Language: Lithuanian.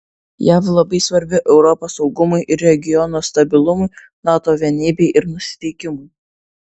jav labai svarbi europos saugumui ir regiono stabilumui nato vienybei ir nusiteikimui